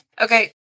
Okay